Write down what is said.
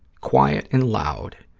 quiet and loud,